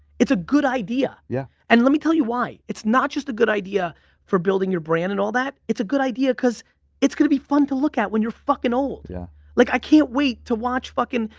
it's a good idea. yeah and let me tell you why. it's not just a good idea for building your brand and all that, it's a good idea cause it's gonna be fun to look at when you're fucking old. yeah like i can't wait to watch fucking,